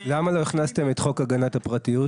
למה לא הכנסתם את חוק הגנת הפרטיות?